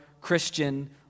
Christian